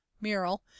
mural